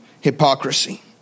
hypocrisy